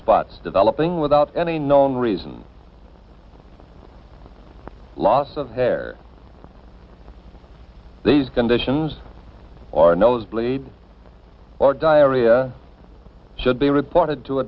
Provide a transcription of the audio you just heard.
spots developing without any known reason loss of hair these conditions or a nose bleed or diarrhea should be reported to a